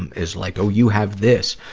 um, as like, oh you have this.